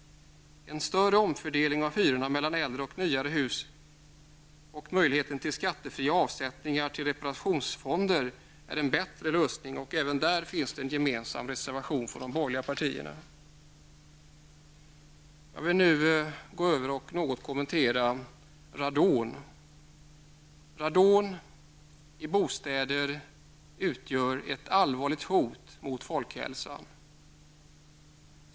En större omfördelning av hyror mellan äldre och nyare hus och möjlighet till skattefria avsättningar till reparationsfonder är en bättre lösning. Även där finns en gemensam reservation från de borgerliga partierna. Jag vill nu gå över och något kommentera radonet. Radon i bostäder utgör ett allvarligt hot mot folkhälsan.